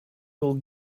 will